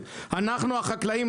אנחנו החקלאים,